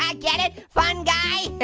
ah get it, fungi? ehh!